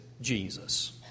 Jesus